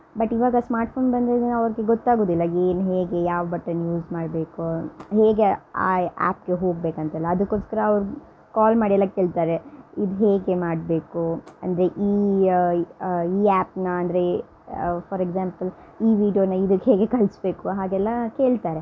but ಇವಾಗ smartphone ಬಂದಿದ್ರಿಂದ ಅವ್ರಿಗೆ ಗೊತ್ತಾಗೋದಿಲ್ಲ ಏನು ಹೇಗೆ ಯಾವ ಬಟನ್ ಯೂಸ್ ಮಾಡಬೇಕು ಹೇಗೆ ಆ ಆ್ಯಪ್ಗೆ ಹೋಗಬೇಕಂತೆಲ್ಲ ಅದಕ್ಕೋಸ್ಕರ ಅವ್ರು ಕಾಲ್ ಮಾಡಿ ಎಲ್ಲ ಕೇಳ್ತಾರೆ ಇದು ಹೇಗೆ ಮಾಡಬೇಕು ಅಂದರೆ ಈ ಈ ಆ್ಯಪ್ನ ಅಂದರೆ ಫಾರ್ ಎಕ್ಸಾಂಪಲ್ ಈ ವೀಡಿಯೋನ ಇದಕ್ಕೆ ಹೇಗೆ ಕಳಿಸ್ಬೇಕು ಹಾಗೆಲ್ಲ ಕೇಳ್ತಾರೆ